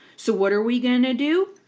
so what are we going and to do?